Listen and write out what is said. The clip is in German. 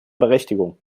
berechtigung